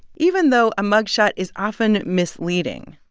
even though a mug shot is often misleading.